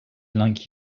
like